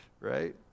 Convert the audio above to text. Right